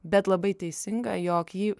bet labai teisinga jog ji